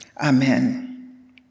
Amen